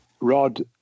Rod